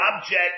object